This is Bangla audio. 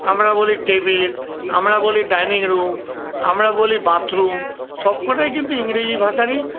আমরা বলি টেবিল আমরা বলি ডাইনিং রুম আমরা বলি বাথরুম সবকটাই কিন্তু ইংরেজি ভাষারই